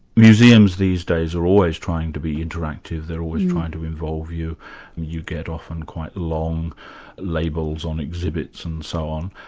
museums these days are always trying to be interactive, they're always trying to involve you, and you get often quite long labels on exhibits and so on.